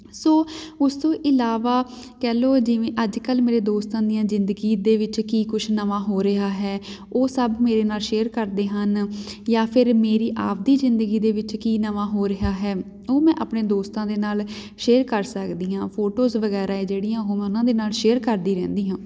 ਸੋ ਉਸ ਤੋਂ ਇਲਾਵਾ ਕਹਿ ਲਓ ਜਿਵੇਂ ਅੱਜ ਕੱਲ੍ਹ ਮੇਰੇ ਦੋਸਤਾਂ ਦੀਆਂ ਜ਼ਿੰਦਗੀ ਦੇ ਵਿੱਚ ਕੀ ਕੁਛ ਨਵਾਂ ਹੋ ਰਿਹਾ ਹੈ ਉਹ ਸਭ ਮੇਰੇ ਨਾਲ ਸ਼ੇਅਰ ਕਰਦੇ ਹਨ ਜਾਂ ਫਿਰ ਮੇਰੀ ਆਪਣੀ ਜ਼ਿੰਦਗੀ ਦੇ ਵਿੱਚ ਕੀ ਨਵਾਂ ਹੋ ਰਿਹਾ ਹੈ ਉਹ ਮੈਂ ਆਪਣੇ ਦੋਸਤਾਂ ਦੇ ਨਾਲ ਸ਼ੇਅਰ ਕਰ ਸਕਦੀ ਹਾਂ ਫੋਟੋਜ਼ ਵਗੈਰਾ ਹੈ ਜਿਹੜੀਆਂ ਉਹ ਮੈਂ ਉਹਨਾਂ ਦੇ ਨਾਲ ਸ਼ੇਅਰ ਕਰਦੀ ਰਹਿੰਦੀ ਹਾਂ